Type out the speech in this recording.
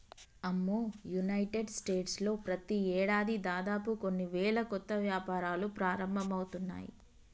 అమ్మో United States లో ప్రతి ఏడాది దాదాపు కొన్ని వేల కొత్త వ్యాపారాలు ప్రారంభమవుతున్నాయి